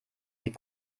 sie